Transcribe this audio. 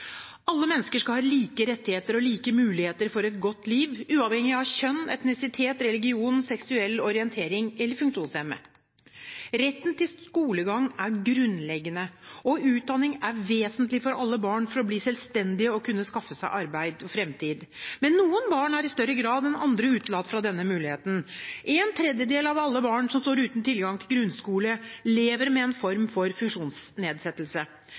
Alle mennesker skal ha like rettigheter og like muligheter for et godt liv – uavhengig av kjønn, etnisitet, religion, seksuell orientering eller funksjonsevne. Retten til skolegang er grunnleggende, og utdanning er vesentlig for alle barn for å bli selvstendige og kunne skaffe seg arbeid og fremtid. Men noen barn er i større grad enn andre utelatt fra denne muligheten. En tredjedel av alle barn som står uten tilgang til grunnskole, lever med en form for funksjonsnedsettelse.